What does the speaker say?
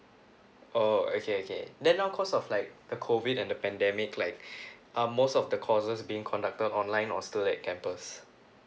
oh okay okay then now cause of like the COVID and the pandemic like uh most of the courses being conducted online or still at campus